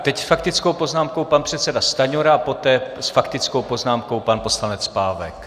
Teď s faktickou poznámkou pan předseda Stanjura a poté s faktickou poznámkou pan poslanec Pávek.